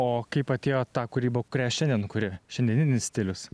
o kaip atėjo ta kūryba kurią šiandien kuri šiandieninis stilius